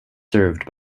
served